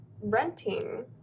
renting